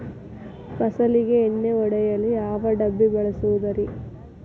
ಫಸಲಿಗೆ ಎಣ್ಣೆ ಹೊಡೆಯಲು ಯಾವ ಡಬ್ಬಿ ಬಳಸುವುದರಿ?